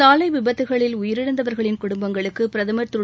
சாலை விபத்துக்களில் உயிரிழந்தவர்களின் குடும்பங்களுக்கு பிரதமர் திரு